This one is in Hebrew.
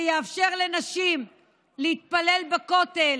שיאפשר לנשים להתפלל בכותל